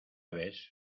ves